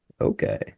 Okay